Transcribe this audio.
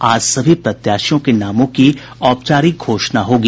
आज सभी प्रत्याशियों के नामों की औपचारिक घोषणा होगी